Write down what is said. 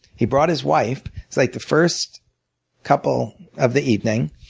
he brought his wife. it's like the first couple of the evening.